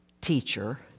teacher